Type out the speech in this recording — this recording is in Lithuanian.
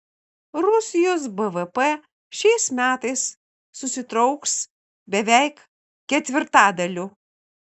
rusijos bvp šiais metais susitrauks beveik ketvirtadaliu